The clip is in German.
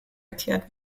erklärt